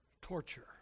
torture